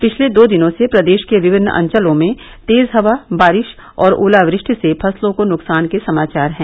पिछले दो दिनों से प्रदेश के विभिन्न अंचलों में तेज हवा बारिश और ओलावृष्टि से फसलों को नुकसान के समाचार हैं